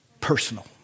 personal